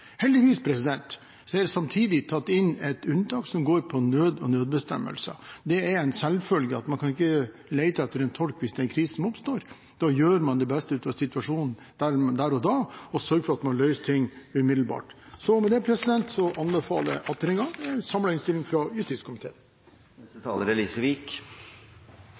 er det samtidig tatt inn et unntak som går på nød og nødbestemmelser. Det er en selvfølge at man kan ikke lete etter en tolk hvis en krise oppstår – da gjør man det beste ut av situasjonen der og da og sørger for at man løser ting umiddelbart. Med dette anbefaler jeg atter en gang en samlet innstilling fra justiskomiteen.